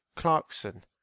Clarkson